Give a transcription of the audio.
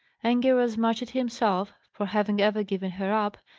anger as much at himself, for having ever given her up,